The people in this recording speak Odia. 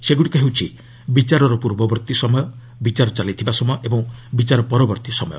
ସେଗୁଡ଼ିକ ହେଲା ବିଚାରର ପୂର୍ବବର୍ତ୍ତୀ ସମୟ ବିଚାର ଚାଲିଥିବା ସମୟ ଓ ବିଚାର ସମ୍ପର୍ଶ୍ଣ ହେବା ସମୟ